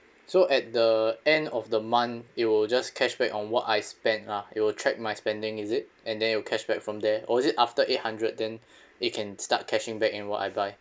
so at the end of the month it'll just cashback on what I spent lah it will track my spending is it and then it'll cashback from there or is it after eight hundred then it can start cashing back in what I buy